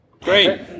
Great